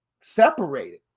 separated